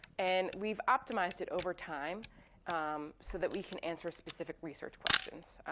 and we've optimized it over time so that we can answer specific research questions.